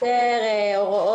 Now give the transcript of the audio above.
נקודתית יותר,